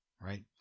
Right